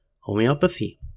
homeopathy